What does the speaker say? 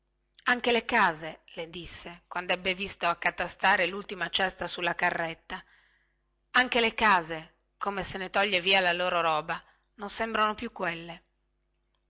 anche le case le disse quandebbe visto accatastare lultima cesta sulla carretta anche le case come se ne toglie via la loro roba non sembrono più quelle